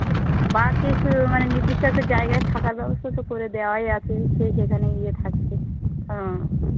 হুম বাক এসে মানে নির্দিষ্ট একটা জায়গায় থাকার ব্যবস্থা তো করে দেওয়াই আছে সে সেখানে গিয়ে থাকে ও